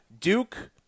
Duke